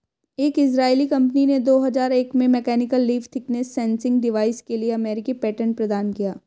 एक Israeli company ने दो हजार एक में mechanical leaf thickness sensing device के लिए अमेरिकी पेटेंट प्रदान किया